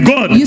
God